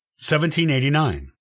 1789